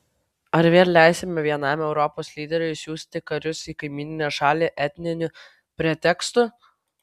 ar vėl leisime vienam europos lyderiui siųsti karius į kaimyninę šalį etniniu pretekstu